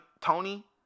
Tony